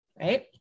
right